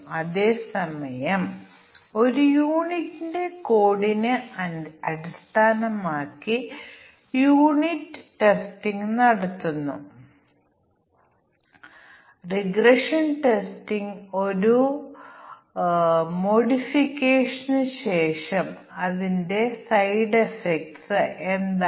അതിനാൽ 2 കൊണ്ട് വലിയ സോഫ്റ്റ്വെയറിന് ഇതിനകം 80 ശതമാനം ബഗുകൾ ലഭിച്ചേക്കാം നിങ്ങൾ 3 കോമ്പിനേഷനുകൾ പരിഗണിക്കുമ്പോൾ ഞങ്ങൾക്ക് 90 ശതമാനവും 4 അല്ലെങ്കിൽ 5 ഉം ലഭിച്ചേക്കാം ഞങ്ങൾക്ക് എല്ലാ ബഗുകളും ലഭിച്ചേക്കാം